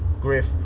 griff